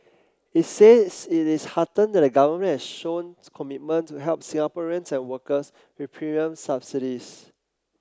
it says it is heartened that the Government has shown commitment to help Singaporeans and workers with premium subsidies